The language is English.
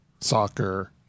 soccer